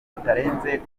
bitarenze